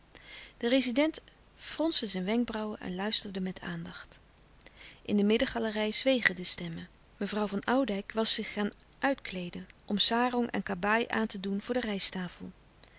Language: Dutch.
de rezident fronste zijn wenkbrauwen en luisterde met aandacht in de middengalerij zwegen de stemmen mevrouw van oudijck was zich gaan uitkleeden om sarong en kabaai aan te doen voor de rijsttafel